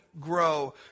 grow